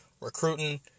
recruiting